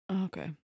Okay